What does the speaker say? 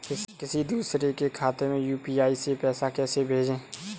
किसी दूसरे के खाते में यू.पी.आई से पैसा कैसे भेजें?